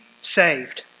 saved